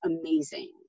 amazing